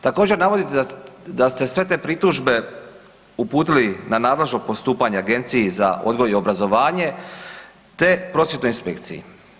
Također navodite da ste sve te pritužbe uputili na nadležno postupanje Agenciji za odgoj i obrazovanje te prosvjetnoj inspekciji.